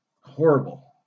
Horrible